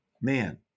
man